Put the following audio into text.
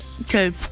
Okay